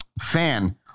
fan